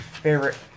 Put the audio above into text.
Favorite